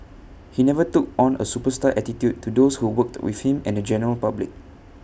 he never took on A superstar attitude to those who worked with him and the general public